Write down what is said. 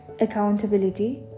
accountability